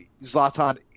Zlatan